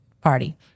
party